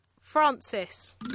Francis